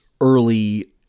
early